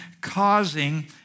causing